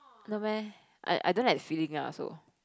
not meh I I don't like the feeling ah also